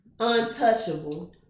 Untouchable